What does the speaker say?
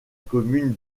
commune